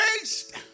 raised